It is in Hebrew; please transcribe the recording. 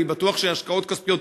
אני בטוח שהשקעות כספיות,